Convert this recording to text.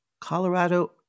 Colorado